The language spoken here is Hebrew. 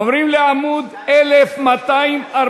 עוברים לעמוד 1247,